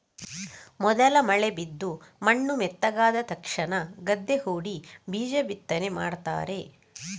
ಮೊದಲ ಮಳೆ ಬಿದ್ದು ಮಣ್ಣು ಮೆತ್ತಗಾದ ತಕ್ಷಣ ಗದ್ದೆ ಹೂಡಿ ಬೀಜ ಬಿತ್ತನೆ ಮಾಡ್ತಾರೆ